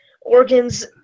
organs